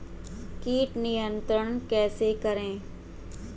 कीट नियंत्रण कैसे करें?